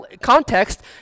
context